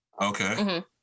Okay